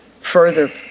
further